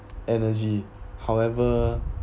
energy however